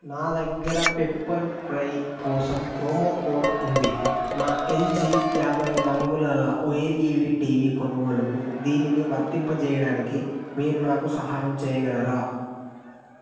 నా దగ్గర Pepperfry కోసం ప్రోమో కోడ్ ఉంది నా ఎల్జీ యాభై ఐదంగుళాల ఓఎల్ఈడీ టీవీ కొనుగోలుకు దీనిని వర్తింపచేయడానికి మీరు నాకు సహాయం చేయగలరా